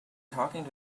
talking